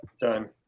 Done